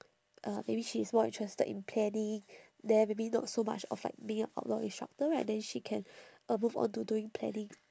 uh maybe she is more interested in planning then maybe not so much of like being a outbound instructor right then she can uh move on to doing planning